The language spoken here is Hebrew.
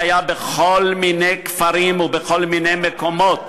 זה היה בכל מיני כפרים ובכל מיני מקומות,